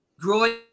growing